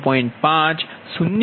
7 0